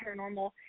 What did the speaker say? paranormal